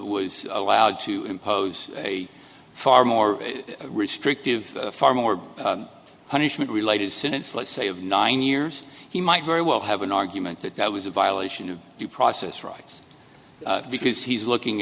was allowed to impose a far more restrictive far more punishment related since let's say of nine years he might very well have an argument that that was a violation of due process rights because he's looking